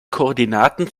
koordinaten